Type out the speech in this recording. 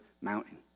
mountain